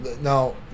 Now